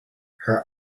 her